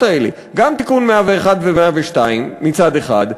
האלה: גם תיקונים 101 ו-102 מצד אחד,